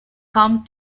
come